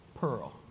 pearl